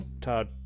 Todd